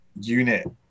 unit